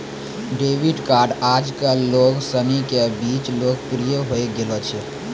debit card आजकल लोग सनी के बीच लोकप्रिय होए गेलो छै